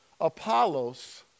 Apollos